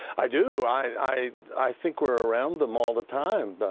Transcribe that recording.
i do. i i think we are around them all the time.